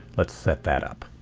let's set that up.